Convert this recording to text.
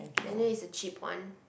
I know is a cheap one